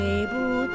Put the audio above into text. able